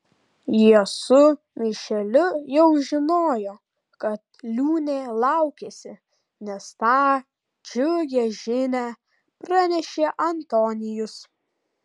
jie su mišeliu jau žinojo kad liūnė laukiasi nes tą džiugią žinią pranešė antonijus